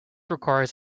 requires